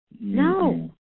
No